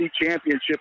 championship